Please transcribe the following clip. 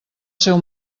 seu